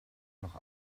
noch